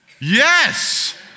yes